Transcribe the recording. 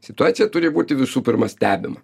situacija turi būti visų pirma stebima